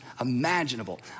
imaginable